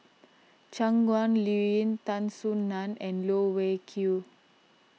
Shangguan Liuyun Tan Soo Nan and Loh Wai Kiew